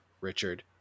Richard